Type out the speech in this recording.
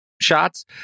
shots